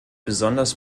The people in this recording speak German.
besonders